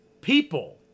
people